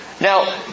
Now